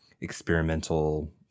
experimental